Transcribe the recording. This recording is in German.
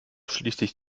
schließlich